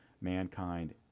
mankind